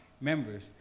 members